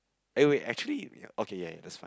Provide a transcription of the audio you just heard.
eh wait actually ya okay ya ya that's fine